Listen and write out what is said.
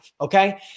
okay